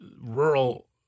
rural